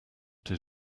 did